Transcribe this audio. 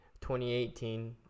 2018